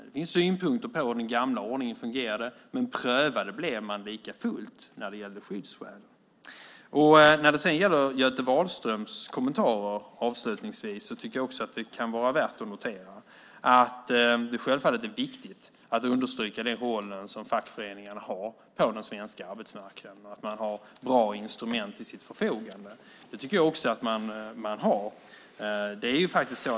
Det finns synpunkter på hur den gamla ordningen fungerade. Men ärendena blev likafullt prövade vad gällde skyddsskäl. När det sedan avslutningsvis gäller Göte Wahlström kommentarer kan det var värt att notera att det självfallet är viktigt att understryka den roll som fackföreningarna har på den svenska arbetsmarknaden och att man har bra instrument till sitt förfogande. Det tycker jag också att man har.